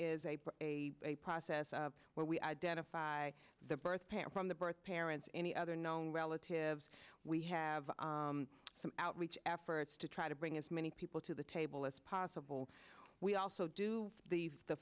a a a process of where we identify the birth parent from the birth parents any other known relatives we have some outreach efforts to try to bring as many people to the table as possible we also do the the